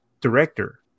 director